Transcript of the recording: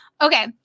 Okay